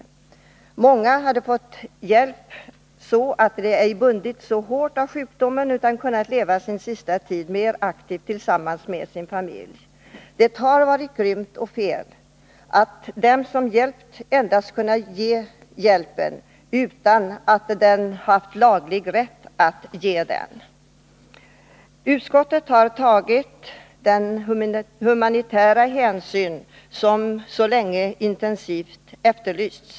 För många har hjälpen inneburit att man ej bundits så hårt av sjukdomen utan kunnat leva sin sista tid mer aktivt tillsammans med sin familj. Det har varit grymt och fel att den som givit denna hjälp inte haft laglig rätt att ge den. Utskottet har nu tagit den humanitära hänsyn som så länge intensivt efterlysts.